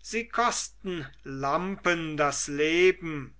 sie kosten lampen das leben